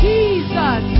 Jesus